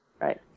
Right